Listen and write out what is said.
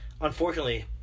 unfortunately